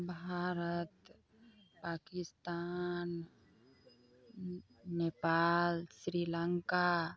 Bharat Pakistan Nepal Sri Lanka